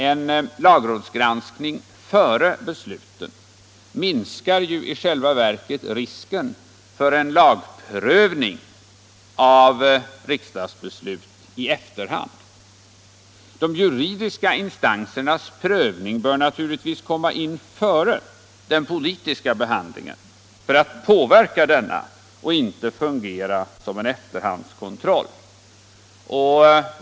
En lagrådsgranskning före beslutet minskar i själva verket risken för en lagprövning av riksdagsbeslut i efterhand. De juridiska instansernas prövning bör naturligtvis komma in före den politiska behandlingen för att påverka denna och inte fungera som en efterhandskontroll.